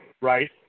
right